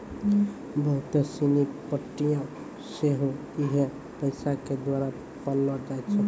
बहुते सिनी पार्टियां सेहो इहे पैसा के द्वारा पाललो जाय छै